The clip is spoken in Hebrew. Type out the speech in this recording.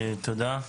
תודה.